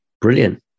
Brilliant